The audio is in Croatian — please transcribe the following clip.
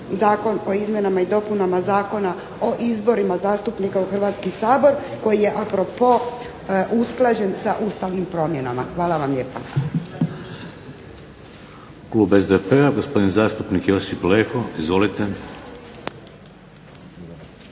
Zakon o izmjenama i dopunama Zakona o izborima zastupnika u Hrvatski sabor koji je a propos usklađen sa ustavnim promjenama. Hvala vam lijepa.